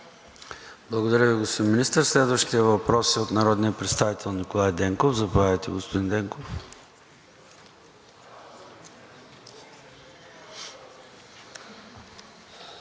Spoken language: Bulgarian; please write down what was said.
Благодаря Ви, господин Министър. Следващият въпрос е от народния представител Николай Денков. Заповядайте, господин Денков.